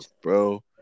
bro